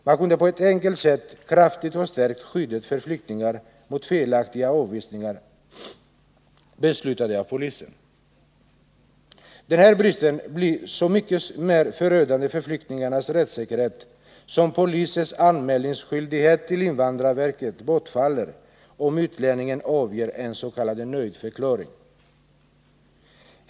Man kunde på ett enkelt sätt kraftigt ha stärkt skyddet för flyktingar mot felaktiga avvisningar beslutade av polisen. Den här bristen blir så mycket mer förödande för flyktingarnas rättssäkerhet då polisens anmälningsskyldighet till invandrarverket bortfaller om utlänningen avger s.k. nöjdförklaring.